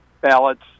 ballots